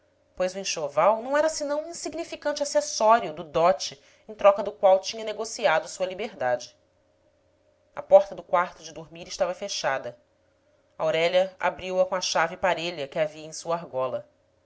pois o enxoval não era senão um insignificante acessório do dote em troca do qual tinha negociado sua liber dade a porta do quarto de dormir estava fechada aurélia abriu-a com a chave parelha que havia em sua argola